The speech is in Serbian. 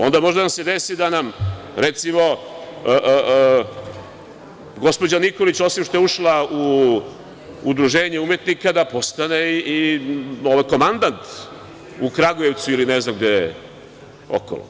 Onda može da nam se desi da nam, recimo, gospođa Nikolić, osim što je ušla u Udruženje umetnika, da postane i komandant u Kragujevcu ili ne znam gde okolo.